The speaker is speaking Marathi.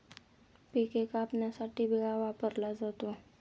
पिके कापण्यासाठी विळा वापरला जातो